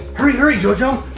hurry hurry, jojo,